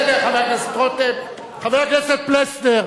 חבר הכנסת פלסנר,